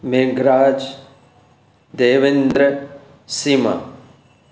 Meghraj Devendra Seema